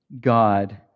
God